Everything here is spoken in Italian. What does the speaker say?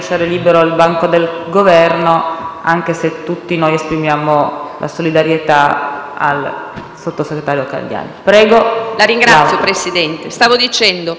sottosegretario Candiani.